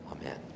Amen